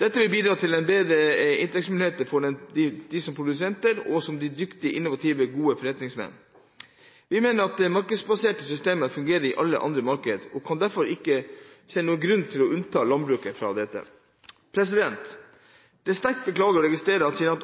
Dette vil bidra til bedre inntektsmuligheter for de produsenter som er dyktige og innovative, og som er gode forretningsmenn. Vi mener at markedsbaserte systemer fungerer i alle andre markeder, og at det derfor ikke er noen grunn til å unnta landbruket fra disse. Det er sterkt beklagelig å registrere at siden